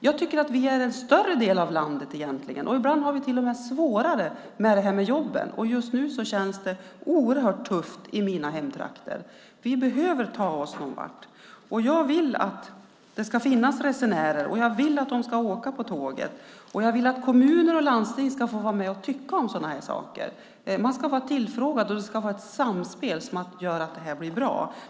Vi är egentligen en större del av landet, och ibland har vi svårare med jobben. Just nu är det oerhört tufft i mina hemtrakter. Vi behöver kunna åka någonstans, och jag vill att det ska finnas resenärer och att de ska åka på tåget. Jag vill att kommuner och landsting ska få vara med och tycka. Man ska bli tillfrågad om sådana här saker. Det ska vara ett samspel som gör att det här blir bra.